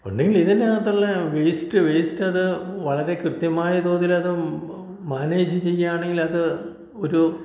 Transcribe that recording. ഒന്നെങ്കിൽ ഇതിനകത്തുള്ള waste waste അത് വളരെ കൃത്യമായ തോതിലത് മാനേജ് ചെയ്യുകയാണങ്കിൽ അത് ഒരു